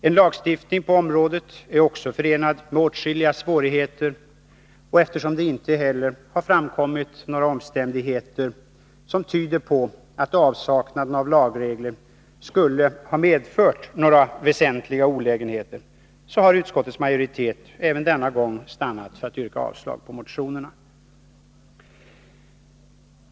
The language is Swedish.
En lagstiftning på området är också förenad med åtskilliga svårigheter, och eftersom det inte heller har framkommit några omständigheter som tyder på att avsaknaden av lagregler skulle ha medfört några väsentliga olägenheter, har utskottets majoritet även denna gång stannat för att yrka avslag på motionerna.